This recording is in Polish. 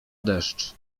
deszcz